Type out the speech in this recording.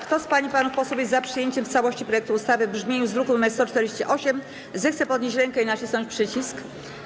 Kto z pań i panów posłów jest za przyjęciem w całości projektu ustawy, w brzmieniu z druku nr 148, zechce podnieść rękę i nacisnąć przycisk.